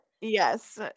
yes